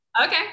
Okay